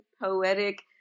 poetic